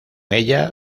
ella